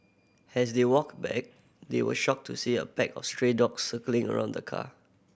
as they walked back they were shocked to see a pack of stray dogs circling around the car